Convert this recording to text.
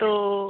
তো